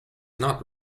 not